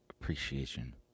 appreciation